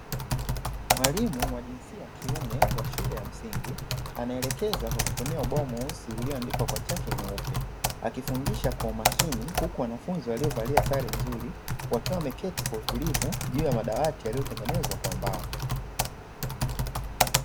Mwalimu wa jinsia ya kiume wa shule ya msingi anaelekeza kwa kutumia ubao mweusi ulioandikwa kwa chaki nyeupe, akifundisha kwa umakini huku wanafunzi waliovalia sare nzuri wakiwa wameketi kwa utulivu juu ya madawati yaliyotengenezwa kwa mbao.